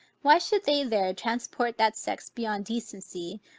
why should they there transport that sex beyond decency,